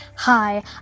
Hi